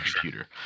computer